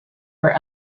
were